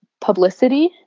publicity